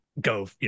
go